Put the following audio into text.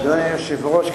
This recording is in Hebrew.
אדוני היושב-ראש,